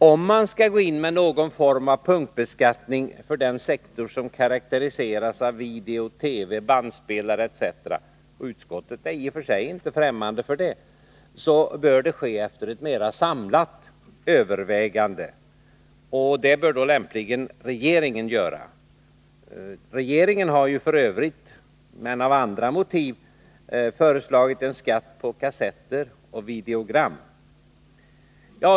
Om man skall gå in med någon form av punktbeskattning för den sektor som omfattar video, TV, bandspelare etc. — och utskottet är i och för sig inte främmande för det — bör det ske efter ett mera samlat övervägande. Och ett sådant samlat övervägande bör lämpligen regeringen göra. Den har f. ö. — men av andra motiv — föreslagit en skatt på kassetter och videogram.